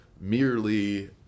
merely